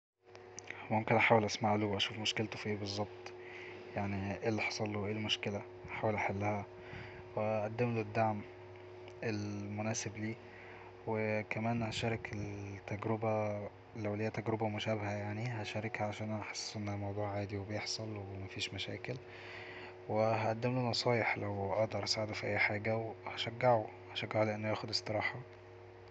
ممكن احاول اسمعله اشوف مشكلته في اي بالظبط يعني اي اللي حصله واي المشكلة هحاول احلها واقدمله الدعم المناسب ليه وكمان هشارك التجربة لو ليا تجربة مشابهة يعني هشاركها عشان احسسه أن الموضوع عادي وبيحصل ومفيش مشاكل وهقدمله نصايح لو اقدر اساعده في اي حاجة وهشجعه هشجعه على أنه ياخد استراحة